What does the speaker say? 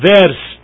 Verse